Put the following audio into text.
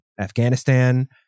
Afghanistan